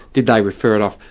did they refer it off?